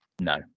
no